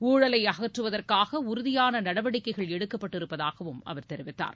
ஊழலை அகற்றுவதற்காக உறுதியான நடவடிக்கைகள் எடுக்கப்பட்டிருப்பதாகவும் அவர் கூறினார்